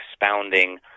expounding